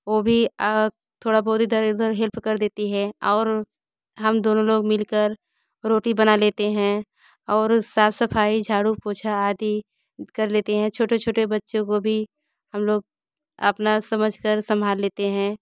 वो भी थोड़ा बहुत इधर उधर हेल्प कर देती है और हम दोनों लोग मिलकर रोटी बना लेते हैं और साफ सफाई झाड़ू पोछा आदि कर लेते हैं छोटे छोटे बच्चों को भी हम लोग अपना समझ कर संभाल लेते हैं